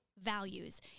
Values